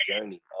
journey